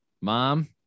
mom